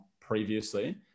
previously